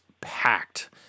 packed